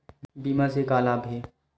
बीमा से का लाभ हे?